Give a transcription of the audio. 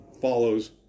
follows